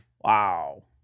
Wow